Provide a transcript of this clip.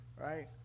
Right